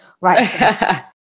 Right